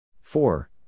Four